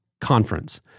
conference